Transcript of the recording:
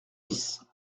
bis